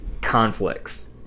conflicts